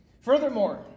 Furthermore